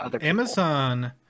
Amazon